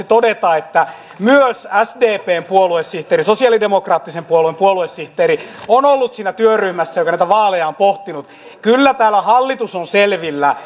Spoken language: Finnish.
todeta että myös sdpn puoluesihteeri sosialidemokraattisen puolueen puoluesihteeri on ollut siinä työryhmässä joka näitä vaaleja on pohtinut kyllä täällä hallitus on tästä selvillä